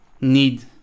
need